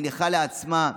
מניחה לעצמה,